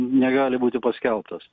negali būti paskelbtas